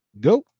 go